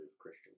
Christian